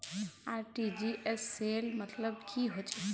RTGS सेल मतलब की होचए?